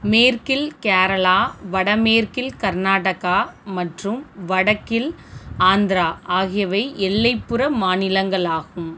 மேற்கில் கேரளா வடமேற்கில் கர்நாடகா மற்றும் வடக்கில் ஆந்திரா ஆகியவை எல்லைப்புற மாநிலங்களாகும்